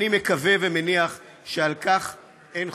אני מקווה ומניח שעל כך אין חולק.